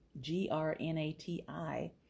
G-R-N-A-T-I